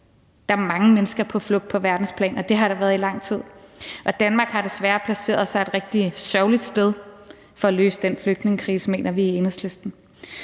Der er mange mennesker på flugt på verdensplan; det har der været i lang tid. Og Danmark har desværre placeret sig et rigtig sørgeligt sted i forhold til at kunne løse den flygtningekrise, mener vi i Enhedslisten.